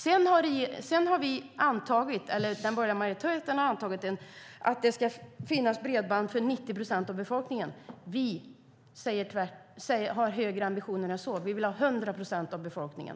Den borgerliga majoriteten vill att det ska finnas tillgång till bredband för 90 procent av befolkningen. Vi har högre ambitioner än så. Vi vill att det ska finnas för 100 procent av befolkningen.